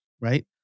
right